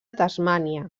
tasmània